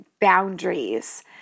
boundaries